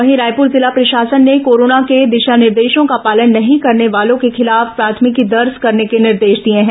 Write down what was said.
वहीं रायपुर जिला प्रशासन ने कोरोना के दिशा निर्देशों का पालन नहीं करने वालों के खिलाफ प्राथमिकी दर्ज करने के निर्देश दिए हैं